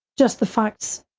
just the facts,